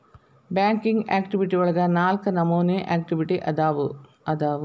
banking activity ಒಳಗ ನಾಲ್ಕ ನಮೋನಿ ಆಕ್ಟಿವಿಟಿ ಅದಾವು ಅದಾವು